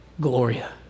Gloria